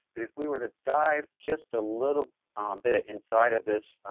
if we were to dive just a little bit inside of this,